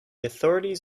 authorities